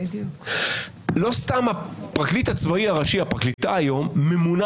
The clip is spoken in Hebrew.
לא סתם הפרקליטה הצבאית הראשית היום ממונה